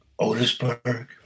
Otisburg